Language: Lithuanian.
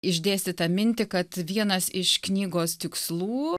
išdėstytą mintį kad vienas iš knygos tikslų